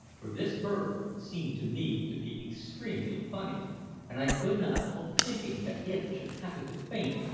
for this bird seemed to me to be extremely funny and i could not help thinking that if it should happen to faint,